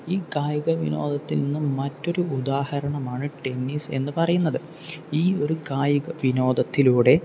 ഈ കായിക വിനോദത്തിൽ നിന്നും മറ്റൊരു ഉദാഹരണമാണ് ടെന്നീസ് എന്ന് പറയുന്നത് ഈ ഒരു കായിക വിനോദത്തിലൂടെ